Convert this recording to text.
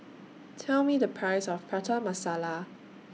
Tell Me The Price of Prata Masala